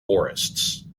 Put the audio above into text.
forests